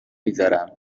میذارم